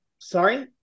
Sorry